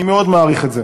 אני מאוד מעריך את זה.